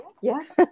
Yes